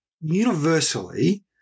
universally